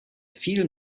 viel